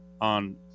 on